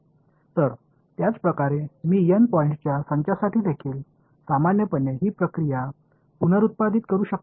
तर त्याचप्रकारे मी एन पॉईंट्सच्या संचासाठी देखील सामान्यपणे ही प्रक्रिया पुनरुत्पादित करू शकतो